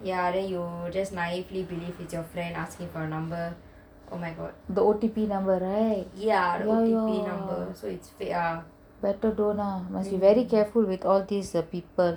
ya then you just naively believe it's your friend asking for a number oh my god O_T_P number so it's fake